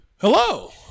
Hello